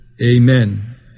Amen